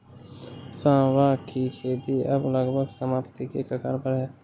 सांवा की खेती अब लगभग समाप्ति के कगार पर है